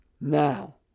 Now